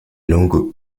langues